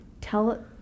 Tell